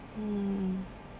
mm